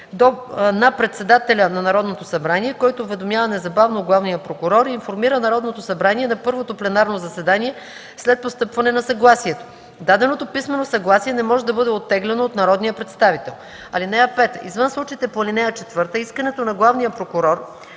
на председателя на Народното събрание, който уведомява незабавно главния прокурор и информира Народното събрание на първото пленарно заседание след постъпване на съгласието. Даденото писмено съгласие не може да бъде оттегляно от народния представител. (5) Извън случаите по ал. 4, искането на главния прокурор